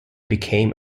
became